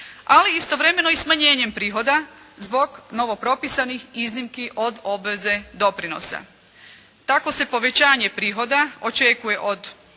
ali istovremeno i smanjenjem prihoda zbog novopropisanih iznimki od obveze doprinosa. Tako se povećanje prihoda očekuje od